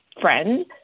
friend